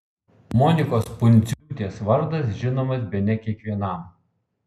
monikos pundziūtės vardas žinomas bene kiekvienam